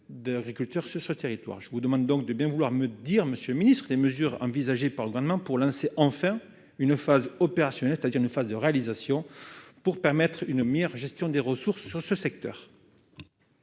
d'agriculteurs ce ce territoire, je vous demande donc de bien vouloir me dire : Monsieur le Ministre, les mesures envisagées par le gouvernement pour lancer enfin une phase opérationnelle, c'est-à-dire une phase de réalisation pour permettre une meilleure gestion des ressources sur ce secteur.